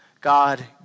God